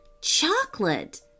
chocolate